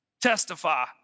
testify